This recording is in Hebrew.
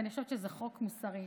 ואני חושבת שזה חוק מוסרי.